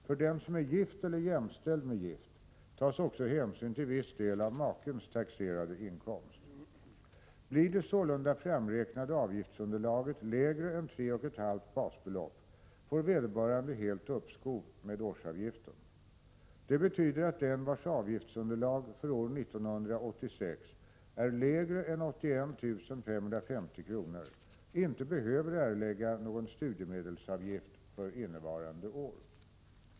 För den som är gift eller jämställd med gift tas också hänsyn till viss del av makens taxerade inkomst. Blir det sålunda framräknade avgiftsunderlaget lägre än 3,5 basbelopp får vederbörande helt uppskov med årsavgiften. Det betyder att den vars avgiftsunderlag för 1986 är lägre än 81 550 kr. inte behöver erlägga någon studiemedelsavgift för innevarande år.